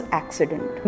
accident